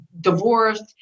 divorced